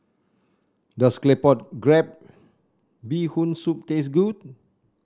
does Claypot Crab Bee Hoon Soup taste good